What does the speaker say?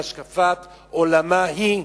בהשקפת עולמה היא,